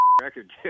record